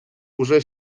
уже